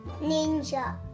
Ninja